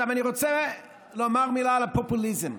עכשיו, אני רוצה לומר מילה על הפופוליזם,